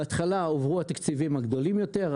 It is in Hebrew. בהתחלה הועברו התקציבים הגדולים יותר,